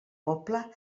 poble